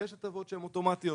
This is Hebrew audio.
יש הטבות שהן אוטומטיות.